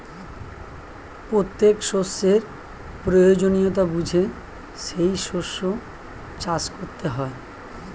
প্রত্যেক শস্যের প্রয়োজনীয়তা বুঝে সেই শস্য চাষ করতে হয়